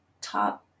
top